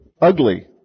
ugly